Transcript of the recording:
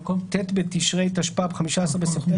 במקום "ט' בתשרי התשפ"ב (15 בספטמבר